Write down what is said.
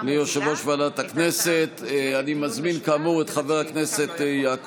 הכנסת, ועדת הכנסת קבעה בישיבתה היום